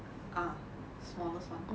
ah smallest [one]